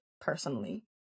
personally